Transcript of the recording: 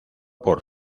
por